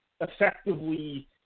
effectively